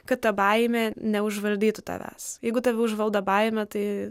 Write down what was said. kad ta baimė neužvaldytų tavęs jeigu tave užvaldo baimė tai